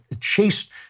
chased—